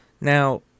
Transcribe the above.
Now